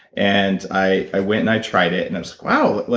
and i i went and i tried it and i was like, wow.